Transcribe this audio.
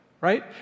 right